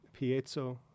piezo